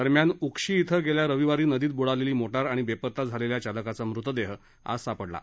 दरम्यान उक्षी श्रि गेल्या रविवारी नदीत बुडालेली मोटार आणि बेपत्ता झालेल्या चालकाचा मृतदेह आज सापडला आहे